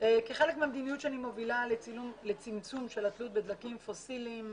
כחלק מהמדיניות שאני מובילה לצמצום של התלות בדלקים פוסיליים,